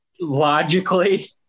logically